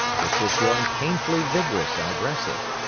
which was growing painfully vigorous and aggressive.